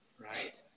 right